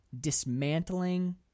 dismantling